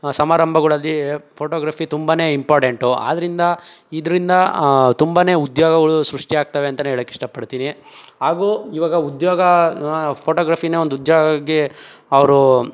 ಸಮಾರಂಭಗಳಲ್ಲಿ ಫೋಟೋಗ್ರಫಿ ತುಂಬ ಇಂಪಾರ್ಡೆಂಟು ಆದ್ರಿಂದ ಇದರಿಂದ ತುಂಬ ಉದ್ಯೋಗಗಳು ಸೃಷ್ಟಿಯಾಗ್ತವೆ ಅಂತ ಹೇಳಕ್ ಇಷ್ಟಪಡ್ತೀನಿ ಹಾಗೂ ಇವಾಗ ಉದ್ಯೋಗ ಫೋಟೋಗ್ರಫಿ ಒಂದು ಉದ್ಯೋಗವಾಗಿ ಅವರು